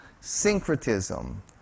syncretism